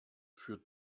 für